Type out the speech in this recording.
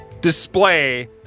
display